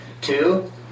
Two